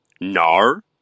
Nar